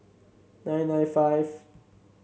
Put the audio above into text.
nine nine five